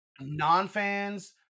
non-fans